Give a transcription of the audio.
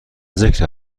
ذکر